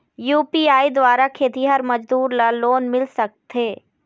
UPI द्वारा खेतीहर मजदूर ला लोन मिल सकथे?